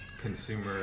consumer